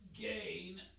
Gain